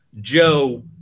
joe